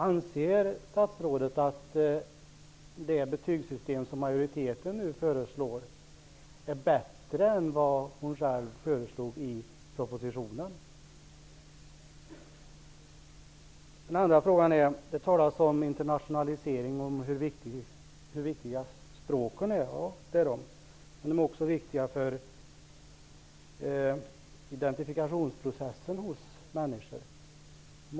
Anser statsrådet att det betygssystem som utskottsmajoriteten nu föreslår är bättre än det hon själv föreslog i propositionen? Det talas om internationalisering och om hur viktiga språken är. De är viktiga. De är också på många sätt viktiga för identifikationsprocessen hos människor.